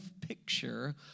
picture